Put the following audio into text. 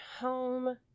home